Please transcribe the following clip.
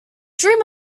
dream